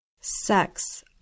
Sex